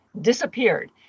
disappeared